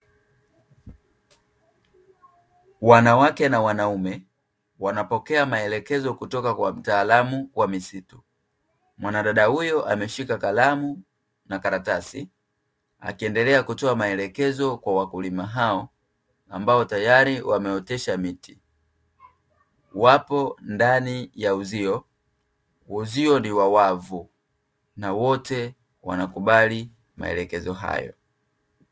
Wanawake na wanaume wanapokea maelekezo kutoka kwa mtaalamu wa misitu, mwanadada huyo ameshika kalamu na karatasi akiendelea kutoa maelekezo kwa wakulima hao ambao tayari wameotesha miti, wapo ndani ya uzio, uzio ni wa wavu na wote wanakubali maelekezo hayo.